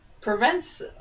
Prevents